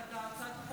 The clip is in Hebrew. שלוש דקות